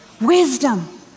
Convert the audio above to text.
wisdom